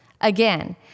Again